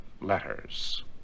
letters